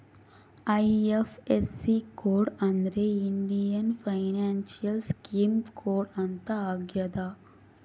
IFSC code ಅಂದ್ರೆ Indian financial system code ಅಂತ ಆಗ್ಯದ